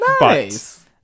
nice